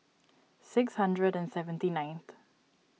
six hundred and seventy nineth